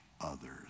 others